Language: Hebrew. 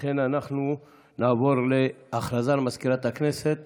אנחנו נעבור להודעה של מזכירת הכנסת